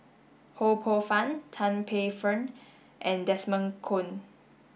Ho Poh Fun Tan Paey Fern and Desmond Kon